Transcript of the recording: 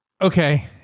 Okay